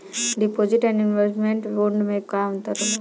Deposit and investment bond मे का अंतर होला?